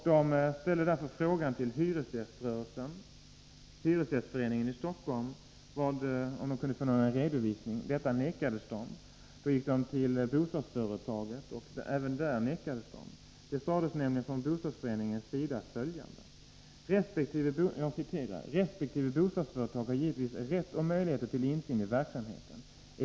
De ställde därför frågan till hyresgästföreningen i Stockholm om de kunde få någon redovisning av detta. Det nekades dem. De gick då till bostadsföretaget, och även där nekades de redovisning. Man sade från bostadsföreningen följande: ”Respektive bostadsföretag har givetvis rätt och möjligheter till insyn i verksamheten.